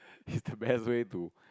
is the best way to